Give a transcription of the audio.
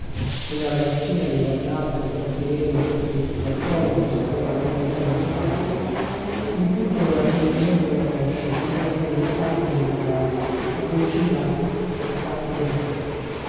una ragazzina mi guardava cogli occhi neri un po tristi attonita sotto l'ampio cappello di paglia in tutti un raccoglimento inconscio una serenità conventuale addolciva a tutti i tratti del volto